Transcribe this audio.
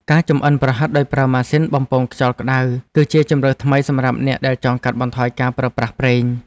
ការចម្អិនប្រហិតដោយប្រើម៉ាស៊ីនបំពងខ្យល់ក្តៅគឺជាជម្រើសថ្មីសម្រាប់អ្នកដែលចង់កាត់បន្ថយការប្រើប្រាស់ប្រេង។